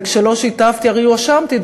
כשלא שיתפתי הרי הואשמתי,